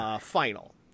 final